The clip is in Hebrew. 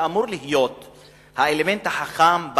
שאמור להיות האלמנט החכם,